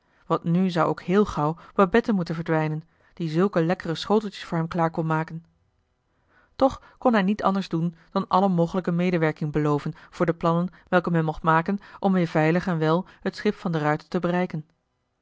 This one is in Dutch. want nu zou ook heel gauw babette moeten verdwijnen die zulke lekkere schoteltjes voor hem klaar kon maken toch kon hij niet anders doen dan alle mogelijke medewerking beloven voor de plannen welke men mocht maken om weer veilig en wel het schip van de ruijter te bereiken